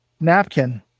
napkin